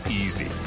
easy